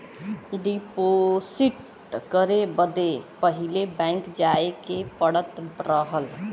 deposit करे बदे पहिले बैंक जाए के पड़त रहल